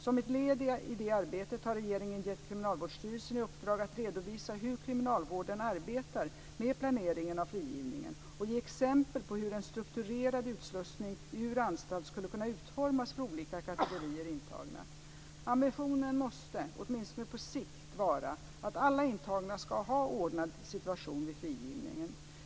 Som ett led i det arbetet har regeringen gett Kriminalvårdsstyrelsen i uppdrag att redovisa hur kriminalvården arbetar med planeringen av frigivningen och ge exempel på hur en strukturerad utslussning ur anstalt skulle kunna utformas för olika kategorier intagna. Ambitionen måste, åtminstone på sikt, vara att alla intagna ska ha en ordnad situation vid frigivningen.